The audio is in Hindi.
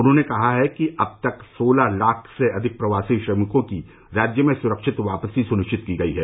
उन्होंने कहा कि अब तक सोलह लाख से अधिक प्रवासी श्रमिकों की राज्य में सुरक्षित वापसी सुनिश्चित की गयी है